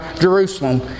Jerusalem